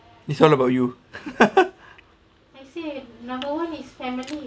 it's all about you